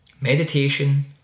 Meditation